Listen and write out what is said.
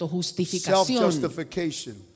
self-justification